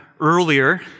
earlier